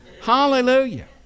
Hallelujah